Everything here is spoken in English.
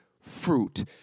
fruit